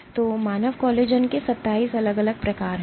तो मानव कोलेजन के 27 अलग अलग प्रकार हैं